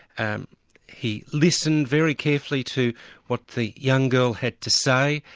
um he listened very carefully to what the young girl had to say,